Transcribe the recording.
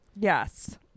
Yes